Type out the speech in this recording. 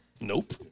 Nope